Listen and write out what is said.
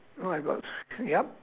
oh I've gots yup